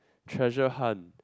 treasure hunt